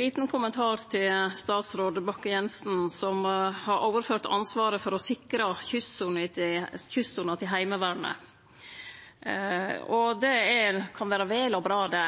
liten kommentar til statsråd Bakke-Jensen, som har overført ansvaret for å sikre kystsona til Heimevernet: Det kan vere vel og bra det,